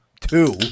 two